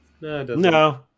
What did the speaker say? No